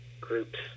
groups